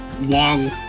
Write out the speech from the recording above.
long